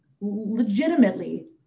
legitimately